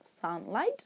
sunlight